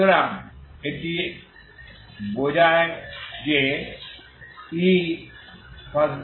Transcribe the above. সুতরাং এটি বোঝায় যে Ewt≤Ew00